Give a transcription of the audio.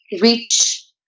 reach